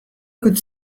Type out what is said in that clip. could